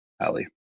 Ali